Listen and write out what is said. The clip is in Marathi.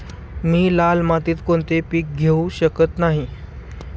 मी लाल मातीत कोणते पीक घेवू शकत नाही?